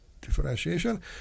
differentiation